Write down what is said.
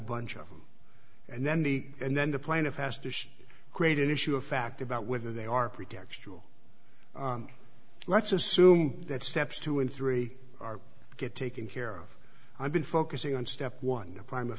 bunch of them and then the and then the plaintiff has to create an issue of fact about whether they are pretextual let's assume that steps two and three are get taken care of i've been focusing on step one prim